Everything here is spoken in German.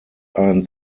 ein